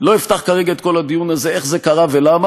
ולא אפתח כרגע את כל הדיון הזה של איך זה קרה ולמה,